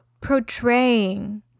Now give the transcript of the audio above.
portraying